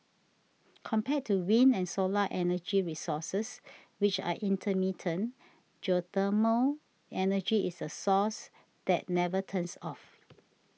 compared to wind and solar energy resources which are intermittent geothermal energy is a resource that never turns off